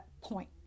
point